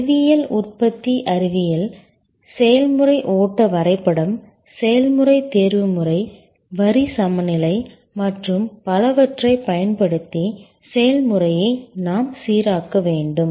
அறிவியல் உற்பத்தி அறிவியல் செயல்முறை ஓட்ட வரைபடம் செயல்முறை தேர்வுமுறை வரி சமநிலை மற்றும் பலவற்றைப் பயன்படுத்தி செயல்முறையை நாம் சீராக்க வேண்டும்